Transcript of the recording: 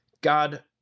God